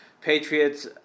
Patriots